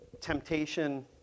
temptation